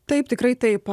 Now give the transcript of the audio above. taip tikrai taip